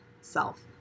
self